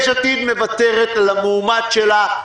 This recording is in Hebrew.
יש עתיד מוותרת על המועמד שלה,